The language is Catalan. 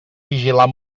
vigilar